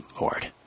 Lord